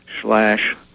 slash